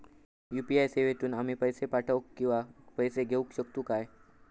UPI सेवेतून आम्ही पैसे पाठव किंवा पैसे घेऊ शकतू काय?